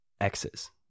X's